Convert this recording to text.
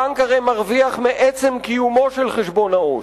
הבנק הרי מרוויח מעצם קיומו של חשבון העו"ש.